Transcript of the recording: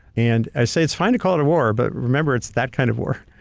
and i say it's fine to call it a war, but remember it's that kind of war.